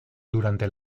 durante